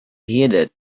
headed